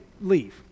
leave